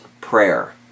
prayer